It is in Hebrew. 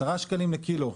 עשרה שקלים לקילו,